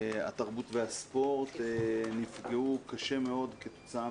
התרבות והספורט נפגעו קשה מאוד כתוצאה